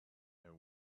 and